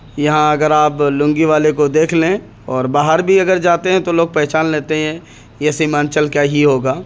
یہاں اگر آپ لنگی والے کو دیکھ لیں اور باہر بھی اگر جاتے ہیں تو لوگ پہچان لیتے ہیں یہ سیمانچل کا ہی ہوگا